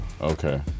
Okay